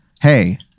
hey